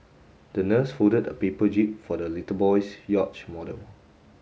the nurse folded a paper jib for the little boy's yacht model